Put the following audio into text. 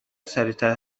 سریعتر